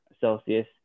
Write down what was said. Celsius